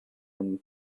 and